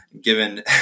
given